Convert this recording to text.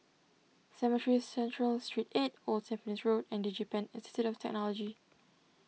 Cemetry Central Street eight Old Tampines Road and DigiPen Institute of Technology